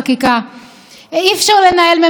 אי-אפשר לנהל ממשלה בדרך אחרת.